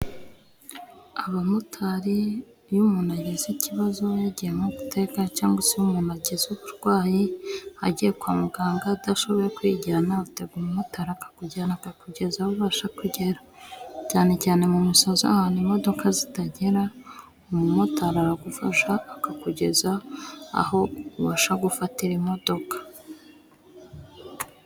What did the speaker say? Abamotari iyo umuntu agize ikibazo yagiye nko gutega, cyangwa se iyo umuntu agize uburwayi, agiye kwa muganga adashoboye kwijyana, utega umumotari akakujyana akakugeza aho ubasha kugera, cyane cyane mu musozi ahantu imodoka zitagera, umumotari aragufasha akakugeza aho ubasha gufatira imodoka.